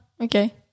Okay